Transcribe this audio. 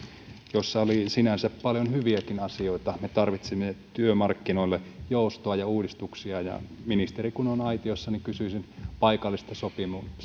jossa oli sinänsä paljon hyviäkin asioita me tarvitsemme työmarkkinoille joustoa ja uudistuksia kun ministeri on aitiossa niin kysyisin paikallisesta sopimisesta